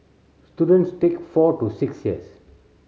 students take four to six years